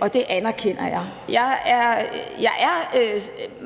og det anerkender jeg. Jeg er